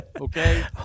Okay